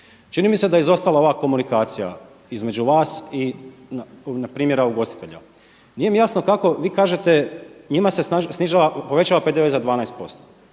Čini mi se da je izostala ova komunikacija između vas i primjera ugostitelja. Nije mi jasno kako vi kažete njima se povećava PDV za 12%.